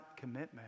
commitment